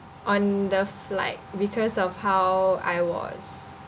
on the flight because of how I was